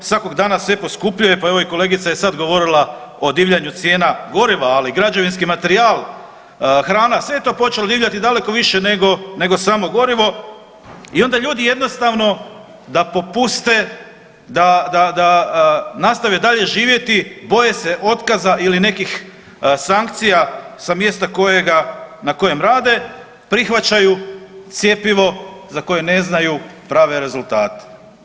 svakog dana sve poskupljuje, pa evo i kolegica je sad govorila o divljanju cijena goriva, ali i građevinski materijal, hrana, sve je to počelo divljati daleko više nego nego samo gorivo i onda ljudi jednostavno da popuste, da, da, da nastave dalje živjeti, boje se otkaza ili nekih sankcija sa mjesta na kojem rade prihvaćaju cjepivo za koje ne znaju prave rezultate.